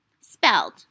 spelled